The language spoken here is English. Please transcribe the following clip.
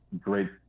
great